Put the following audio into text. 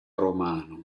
romano